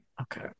Okay